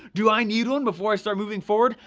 do i need one before i start moving forward?